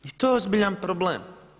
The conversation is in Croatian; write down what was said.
I to je ozbiljan problem.